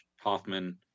Hoffman